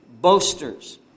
boasters